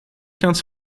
ganz